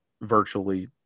virtually